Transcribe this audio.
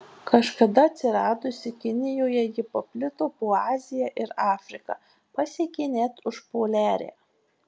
kažkada atsiradusi kinijoje ji paplito po aziją ir afriką pasiekė net užpoliarę